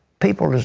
people,